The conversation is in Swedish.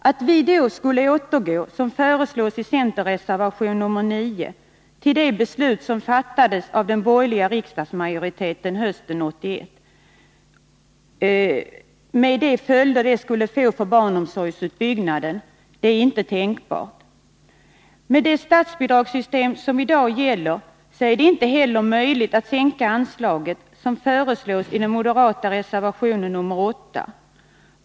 Att då, som föreslås i centerreservationen 9, återgå till det beslut som fattades av den borgerliga riksdagsmajoriteten hösten 1981, med de följder det skulle få för barnomsorgsutbyggnaden, är inte tänkbart. Med det statsbidragssystem som i dag gäller är det inte heller möjligt att sänka anslaget, som föreslås i den moderata reservationen 8.